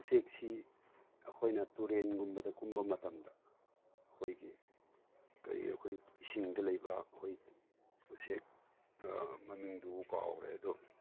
ꯎꯆꯦꯛꯁꯤ ꯑꯩꯈꯣꯏꯅ ꯇꯨꯔꯦꯟꯒꯨꯝꯕꯗ ꯀꯨꯝꯕ ꯃꯇꯝꯗ ꯑꯩꯈꯣꯏꯒꯤ ꯀꯔꯤ ꯑꯩꯈꯣꯏ ꯏꯁꯤꯡꯗ ꯂꯩꯕ ꯑꯩꯈꯣꯏ ꯎꯆꯦꯛ ꯃꯃꯤꯡꯗꯨ ꯀꯥꯎꯒ꯭ꯔꯦ ꯑꯗꯨ